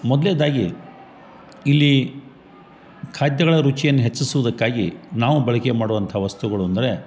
ಮೊದ್ಲನೇದಾಗಿ ಇಲ್ಲಿ ಖಾದ್ಯಗಳ ರುಚಿಯನ್ನ ಹೆಚ್ಚಿಸುವುದಕ್ಕಾಗಿ ನಾವು ಬಳಕೆ ಮಾಡುವಂಥ ವಸ್ತುಗಳು ಅಂದರೆ